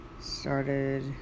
started